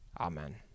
Amen